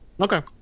Okay